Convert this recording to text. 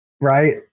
right